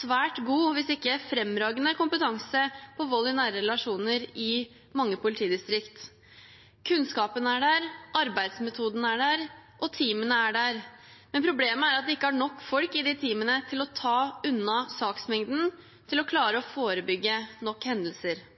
svært god, hvis ikke fremragende, kompetanse på vold i nære relasjoner i mange politidistrikter. Kunnskapen er der, arbeidsmetodene er der, og teamene er der. Men problemet er at de ikke har nok folk i de teamene til å ta unna saksmengden, og til å klare å forebygge nok hendelser.